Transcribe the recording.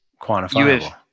quantifiable